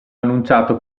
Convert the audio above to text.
annunciato